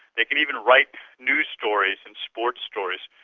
they can even write news stories and sports stories.